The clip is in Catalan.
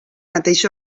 mateix